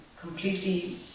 completely